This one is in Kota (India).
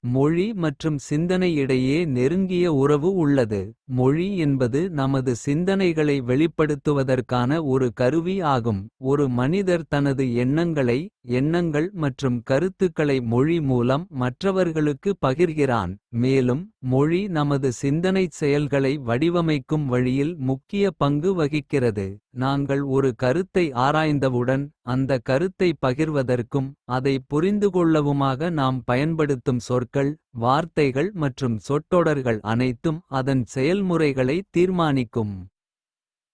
மொழி மற்றும் சிந்தனை இடையே நெருங்கிய உறவு உள்ளது. மொழி என்பது நமது சிந்தனைகளை வெளிப்படுத்துவதற்கான. ரு கருவி ஆகும் ஒரு மனிதர் தனது எண்ணங்களை. எண்ணங்கள் மற்றும் கருத்துக்களை மொழி மூலம். மற்றவர்களுக்கு பகிர்கிறான் மேலும் மொழி நமது சிந்தனைச். செயல்களை வடிவமைக்கும் வழியில் முக்கிய பங்கு. வகிக்கிறது நாங்கள் ஒரு கருத்தை ஆராய்ந்தவுடன். அந்த கருத்தைப் பகிர்வதற்கும் அதைப் புரிந்துகொள்ளவுமாக. நாம் பயன்படுத்தும் சொற்கள் வார்த்தைகள் மற்றும். சொற்றொடர்கள் அனைத்தும் அதன் செயல்முறைகளைத் தீர்மானிக்கும்.